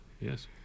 yes